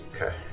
Okay